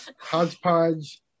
Hodgepodge